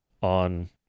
on